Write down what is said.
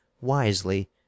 wisely